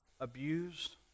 abused